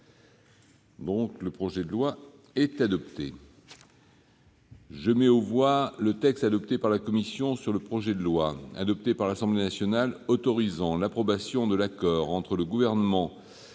à l'adoption de ce texte. Je mets aux voix le texte adopté par la commission sur le projet de loi, adopté par l'Assemblée nationale, autorisant l'approbation de l'accord entre le Gouvernement de la République